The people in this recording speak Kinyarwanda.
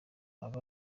aba